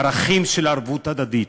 ערכים של ערבות הדדית,